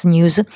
News